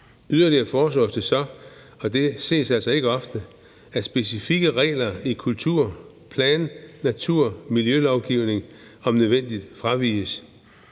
Yderligere foreslås det så – og det ses altså ikke ofte – at specifikke regler i kultur-, plan-, natur- og miljølovgivning om nødvendigt fraviges.